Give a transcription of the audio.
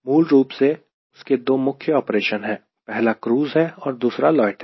मूल रूप से उसके दो मुख्य ऑपरेशन है पहला क्रूज़ है और दूसरा लोयटर